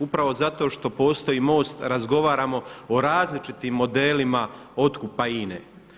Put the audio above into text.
Upravo zato što postoji MOST razgovaramo o različitim modelima otkupa INA-e.